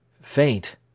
Faint